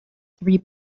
three